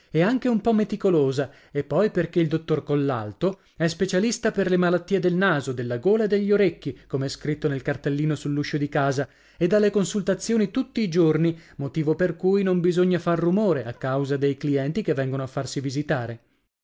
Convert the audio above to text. e anche un po meticolosa e poi perché il dottor collalto è specialista per le malattie del naso della gola e degli orecchi come è scritto nel cartellino sull'uscio di casa e dà le consultazioni tutti i giorni motivo per cui non bisogna far rumore a causa dei clienti che vengono a farsi visitare